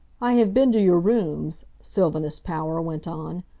i have been to your rooms, sylvanus power went on.